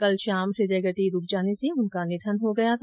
कल शाम हृदय गति रूक जाने से उनका निधन हो गया था